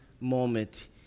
moment